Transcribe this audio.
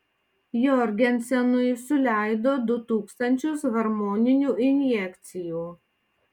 jorgensenui suleido du tūkstančius hormoninių injekcijų